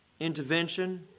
Intervention